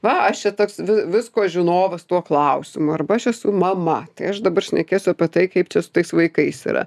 va aš čia toks visko žinovas tuo klausimu arba aš esu mama tai aš dabar šnekėsiu apie tai kaip čia tais vaikais yra